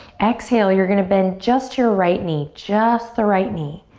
exhale, you're gonna bend just your right knee. just the right knee.